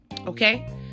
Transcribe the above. okay